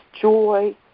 joy